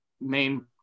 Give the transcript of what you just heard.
main